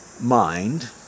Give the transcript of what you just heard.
mind